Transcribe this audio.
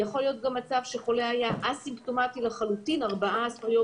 יכול להיות גם מצב שחולה היה אסימפטומטי לחלוטין 14 יום